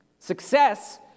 Success